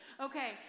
Okay